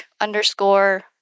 underscore